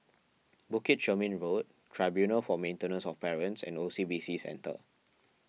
Bukit Chermin Road Tribunal for Maintenance of Parents and O C B C Centre